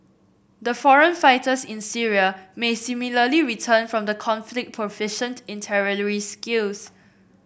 the foreign fighters in Syria may similarly return from the conflict proficient in terrorist skills